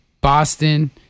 Boston